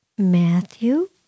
Matthew